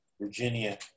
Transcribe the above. Virginia